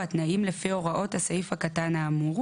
התנאים לפי הוראות הסעיף הקטן האמור,